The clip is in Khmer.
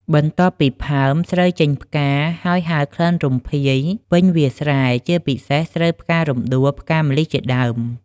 បន្ទាប់ពីផើម ស្រូវចេញផ្កាហើយហើរក្លិនរំភាយពេញវាលស្រែ ជាពិសេស ស្រូវផ្ការំដួល ផ្កាម្លិះជាដើម។